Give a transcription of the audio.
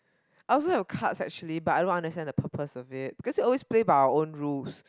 I also have cards actually but I don't understand the purpose of it cause we always play by our own rules